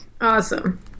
Awesome